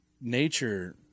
nature